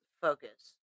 focus